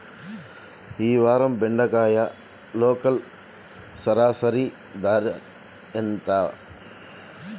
ఈ వారం బెండకాయ లోకల్ సరాసరి ధర ఎంత?